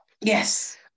Yes